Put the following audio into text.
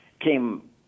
came